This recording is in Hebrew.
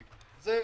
השטח הזה,